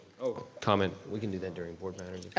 oh, comment. we can do that during board matters.